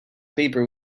paper